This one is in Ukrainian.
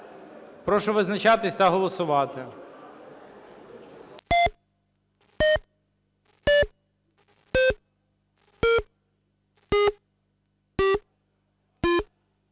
Прошу визначатись та голосувати.